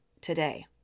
today